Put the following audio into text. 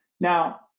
Now